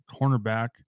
cornerback